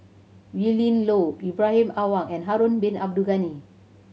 Willin Low Ibrahim Awang and Harun Bin Abdul Ghani